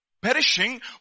perishing